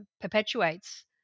perpetuates